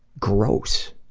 gross.